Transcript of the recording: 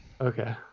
Okay